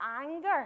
anger